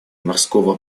морского